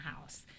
house